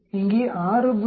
எனவே இங்கே 6